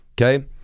Okay